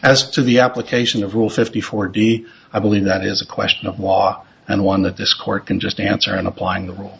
as to the application of rule fifty four d i believe that is a question of law and one that this court can just answer in applying the rule